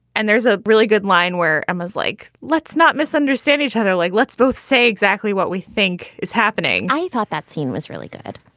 and there's a really good line where emma's like, let's not misunderstand each other. like, let's both say exactly what we think is happening. i thought that scene was really good.